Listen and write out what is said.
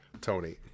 Tony